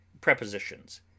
Prepositions